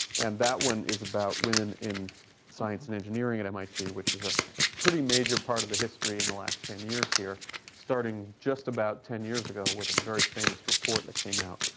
and that one is about women in science and engineering at mit, which is a pretty major part of the history in the last ten years here starting just about ten years ago with a very famous report that came out,